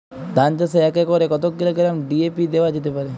ধান চাষে এক একরে কত কিলোগ্রাম ডি.এ.পি দেওয়া যেতে পারে?